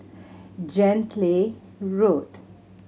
Gently Road